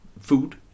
food